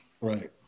Right